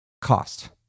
cost